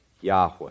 Yahweh